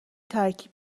ترکیب